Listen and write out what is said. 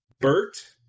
Bert